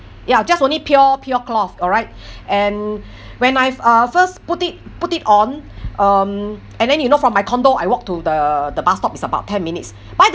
ya just only pure pure cloth alright and when I uh first put it put it on um and then you know from my condo I walked to the the bus stop is about ten minutes by the